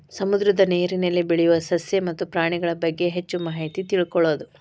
ಸಮುದ್ರದ ನೇರಿನಲ್ಲಿ ಬೆಳಿಯು ಸಸ್ಯ ಮತ್ತ ಪ್ರಾಣಿಗಳಬಗ್ಗೆ ಹೆಚ್ಚ ಮಾಹಿತಿ ತಿಳಕೊಳುದು